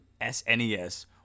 SNES